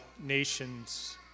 nations